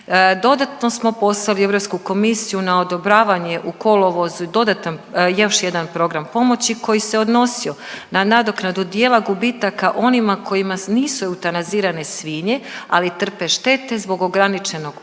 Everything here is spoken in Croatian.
Dodatno smo poslali Europsku komisiju na odobravanje u kolovozu, dodatan još jedan program pomoći koji se odnosio na nadoknadu dijela gubitaka onima kojima nisu eutanazirane svinje ali trpe štete zbog ograničenog prometa